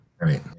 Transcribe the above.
Right